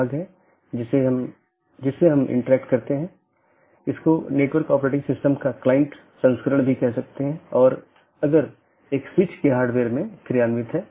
वास्तव में हमने इस बात पर थोड़ी चर्चा की कि विभिन्न प्रकार के BGP प्रारूप क्या हैं और यह अपडेट क्या है